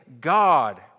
God